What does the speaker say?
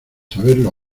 saberlo